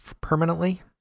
permanently